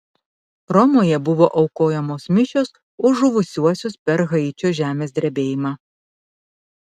romoje buvo aukojamos mišios už žuvusiuosius per haičio žemės drebėjimą